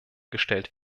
gestellt